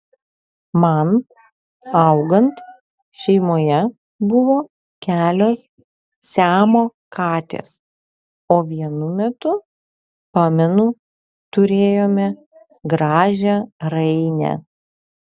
man augant šeimoje buvo kelios siamo katės o vienu metu pamenu turėjome gražią rainę